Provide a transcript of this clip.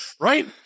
Right